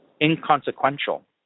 inconsequential